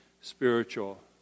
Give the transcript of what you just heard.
spiritual